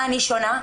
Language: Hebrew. מה אני שונה?